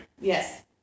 Yes